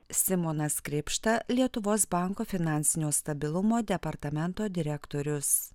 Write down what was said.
simonas krėpšta lietuvos banko finansinio stabilumo departamento direktorius